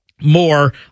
more